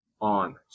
on